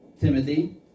Timothy